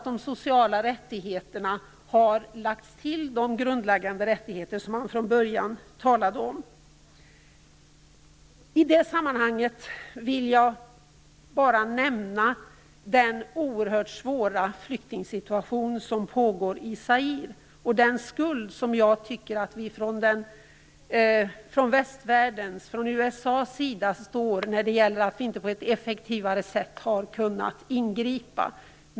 De sociala rättigheterna har också lagts till de grundläggande rättigheter som man från början talade om. I det sammanhanget vill jag bara nämna den oerhört svåra flyktingsituation som råder i Zaire och den skuld som vi från västvärldens och USA:s sida står för när vi inte på ett effektivare sätt har kunnat ingripa.